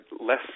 less